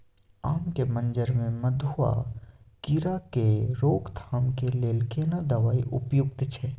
आम के मंजर में मधुआ कीरा के रोकथाम के लेल केना दवाई उपयुक्त छै?